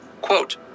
Quote